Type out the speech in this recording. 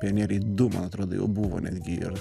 pionieriai du man atrodo jau buvo netgi ir